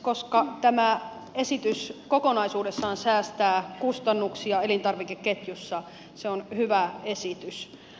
koska tämä esitys kokonaisuudessaan säästää kustannuksia elintarvikeketjussa se on hyvä esitys